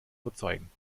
überzeugen